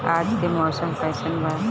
आज के मौसम कइसन बा?